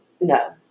No